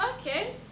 Okay